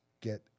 get